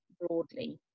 broadly